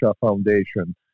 Foundation